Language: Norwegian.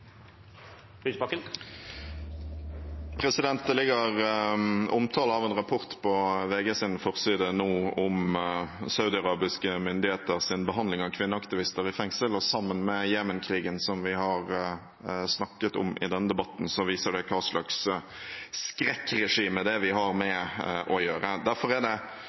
– er det altså det som gjelder. Det ligger omtale av en rapport på VGs forside nå om saudiarabiske myndigheters behandling av kvinneaktivister i fengsel. Sammen med Jemen-krigen, som vi har snakket om i denne debatten, viser det hva slags skrekkregime vi har med å gjøre. Derfor er det